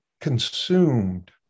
consumed